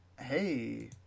Hey